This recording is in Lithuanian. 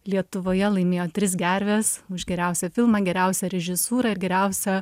lietuvoje laimėjo tris gerves už geriausią filmą geriausią režisūrą ir geriausią